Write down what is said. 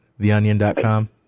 Theonion.com